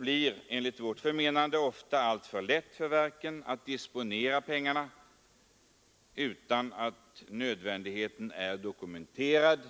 Annars är det enligt vårt förmenande alltför lätt för verken att disponera pengarna utan att nödvändigheten har dokumenterats.